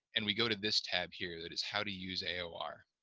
and we go to this tab here that is how to use aor